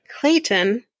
Clayton